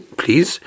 please